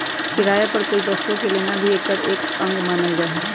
किराया पर कोई वस्तु के लेना भी एकर एक अंग मानल जाहई